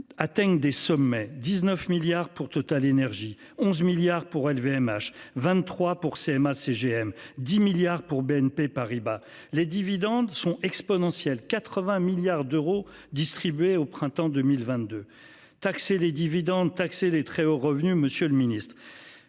atteignent des sommets, 19 milliards pour Total énergies 11 milliards pour LVMH 23 pour CMA-CGM. 10 milliards pour BNP Paribas, les dividendes sont exponentiels, 80 milliards d'euros distribués au printemps 2022. Taxer les dividendes taxer les très hauts revenus. Monsieur le Ministre.